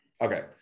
okay